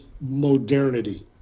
modernity